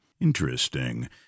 interesting